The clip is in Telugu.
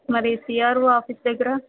మరి సిఆర్ఒ ఆఫీస్ దగ్గర